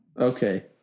Okay